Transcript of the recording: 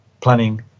planning